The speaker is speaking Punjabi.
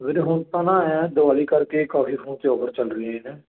ਵੀਰੇ ਹੁਣ ਤਾਂ ਨਾ ਆ ਦਿਵਾਲੀ ਕਰਕੇ ਕਾਫੀ ਫੋਨ ਤੇ ਓਫੇਰ ਚੱਲ ਰਹੀਆਂ ਨੇ